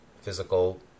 physical